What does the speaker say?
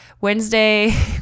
Wednesday